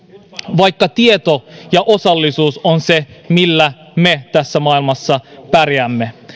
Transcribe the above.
vaikka tieto ja osallisuus on se millä me tässä maailmassa pärjäämme siis